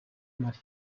mali